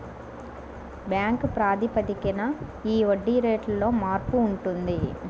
bank ప్రాతిపదికన ఈ వడ్డీ రేటులో మార్పు ఉంటుంది